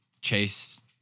chase